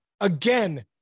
again